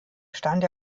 stand